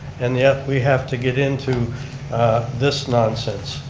and yet we have to get into this nonsense.